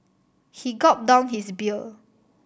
he gulped down his beer